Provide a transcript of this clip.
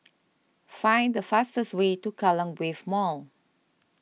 find the fastest way to Kallang Wave Mall